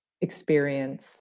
experience